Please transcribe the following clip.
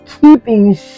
keeping